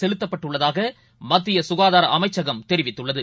செலுத்தப்பட்டுள்ளதாகமத்தியசுகாதாரஅமைச்சகம் தெரிவித்துள்ளது